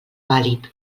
vàlid